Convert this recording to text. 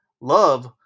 Love